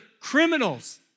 criminals